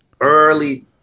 early